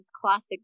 classic